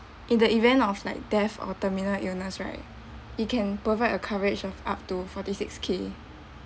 in the event of like death or terminal illness right it can provide a coverage of up to four to six K